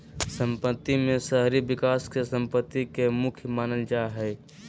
सम्पत्ति में शहरी विकास के सम्पत्ति के मुख्य मानल जा हइ